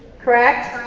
correct?